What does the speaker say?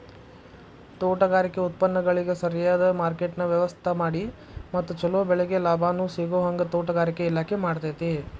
ತೋಟಗಾರಿಕೆ ಉತ್ಪನ್ನಗಳಿಗ ಸರಿಯದ ಮಾರ್ಕೆಟ್ನ ವ್ಯವಸ್ಥಾಮಾಡಿ ಮತ್ತ ಚೊಲೊ ಬೆಳಿಗೆ ಲಾಭಾನೂ ಸಿಗೋಹಂಗ ತೋಟಗಾರಿಕೆ ಇಲಾಖೆ ಮಾಡ್ತೆತಿ